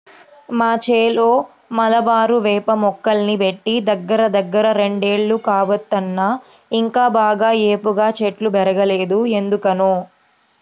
మా చేలో మలబారు వేప మొక్కల్ని బెట్టి దగ్గరదగ్గర రెండేళ్లు కావత్తన్నా ఇంకా బాగా ఏపుగా చెట్లు బెరగలేదు ఎందుకనో